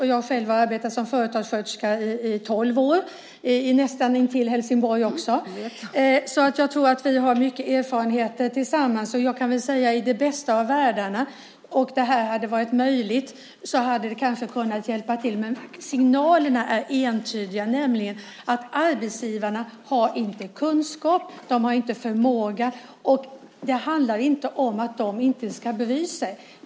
Jag har själv arbetat som företagssköterska i tolv år, i närheten av Helsingborg. Jag tror att vi tillsammans har mycket erfarenhet. I den bästa av världar och om det här hade varit möjligt hade det kanske kunnat hjälpa till men signalerna är entydiga, nämligen att arbetsgivarna inte har kunskap och de har inte förmåga. Det handlar inte om att de inte ska bry sig.